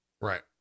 Right